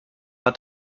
hat